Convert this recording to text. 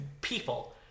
people